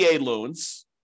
loans